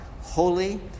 holy